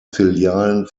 filialen